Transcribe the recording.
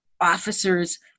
officers